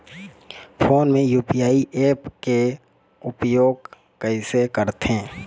Phone मे UPI app के उपयोग कइसे करथे?